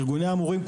ארגוני המורים,